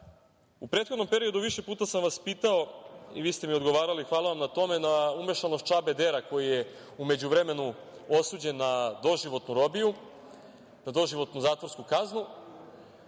prethodnom periodu više puta sam vas pitao i vi ste mi odgovarali, hvala vam na tome, na umešanost Čabe Dera, koji je u međuvremenu osuđen na doživotnu robiju, na doživotnu zatvorsku kaznu,